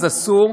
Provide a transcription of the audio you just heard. אז אסור.